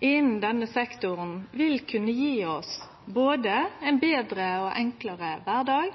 innan denne sektoren vil kunne gje oss både ein betre og enklare kvardag,